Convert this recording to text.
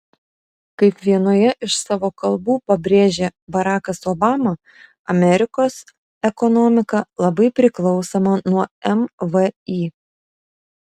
kaip vienoje iš savo kalbų pabrėžė barakas obama amerikos ekonomika labai priklausoma nuo mvį